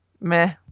Meh